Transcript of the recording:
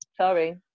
sorry